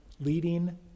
leading